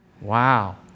Wow